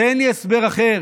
אין לי הסבר אחר,